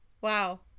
wow